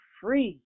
free